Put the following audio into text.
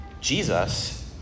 Jesus